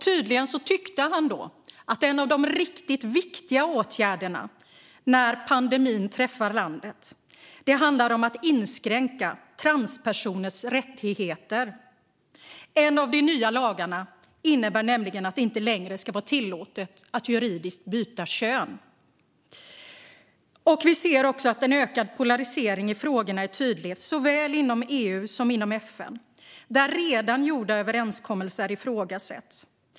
Tydligen tycker han att en av de riktigt viktiga åtgärderna när pandemin träffar landet handlar om att inskränka transpersoners rättigheter. En av de nya lagarna innebär nämligen att det inte längre ska vara tillåtet att juridiskt byta kön. Vi ser en tydligt ökad polarisering i dessa frågor såväl inom EU som inom FN, där redan gjorda överenskommelser ifrågasätts.